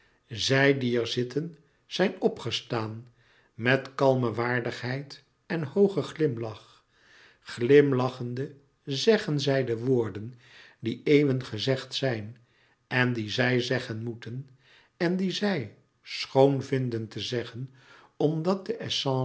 zij die er zitten zijn opgestaan met kalme waardigheid en hoogen glimlach glimlachende zeggen zij de woorden die eeuwen gezegd zijn en die zij zeggen moeten en die zij schon vinden te zeggen omdat de